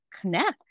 connect